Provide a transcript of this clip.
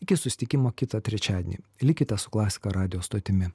iki susitikimo kitą trečiadienį likite su klasika radijo stotimi